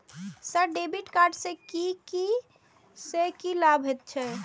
Sir debit card से की से की लाभ हे छे?